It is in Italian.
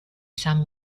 san